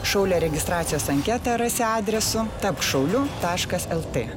šaulio registracijos anketą rasi adresu tapk šauliu taškas el tė